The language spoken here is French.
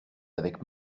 avec